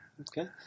Okay